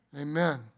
Amen